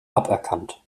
aberkannt